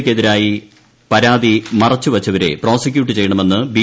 യ്ക്കെതിരായ പരാതി മറച്ച് വച്ചവരെ പ്രോസിക്യൂട്ട് ചെയ്യണമെന്ന് ബി